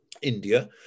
India